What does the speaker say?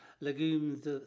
legumes